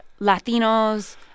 Latinos